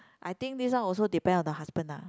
I think this one also depend on the husband ah